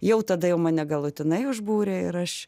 jau tada jau mane galutinai užbūrė ir aš